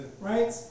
right